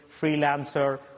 freelancer